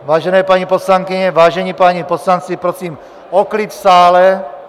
Vážené paní poslankyně, vážení páni poslanci, prosím o klid v sále!